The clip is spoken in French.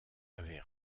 avait